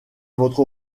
votre